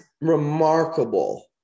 remarkable